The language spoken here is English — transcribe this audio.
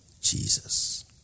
Jesus